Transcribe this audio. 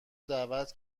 دعوت